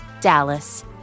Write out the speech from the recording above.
Dallas